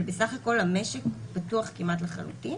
אבל בסך הכול המשק פתוח כמעט לחלוטין.